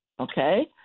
Okay